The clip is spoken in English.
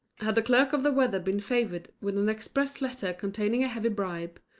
had the clerk of the weather been favoured with an express letter containing a heavy bribe,